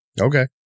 Okay